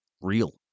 real